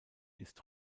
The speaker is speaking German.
ist